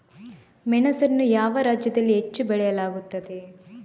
ಮೆಣಸನ್ನು ಯಾವ ರಾಜ್ಯದಲ್ಲಿ ಹೆಚ್ಚು ಬೆಳೆಯಲಾಗುತ್ತದೆ?